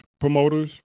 promoters